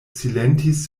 silentis